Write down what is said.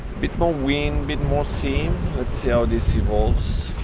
bit more wind bit more sea, let's see how this evolves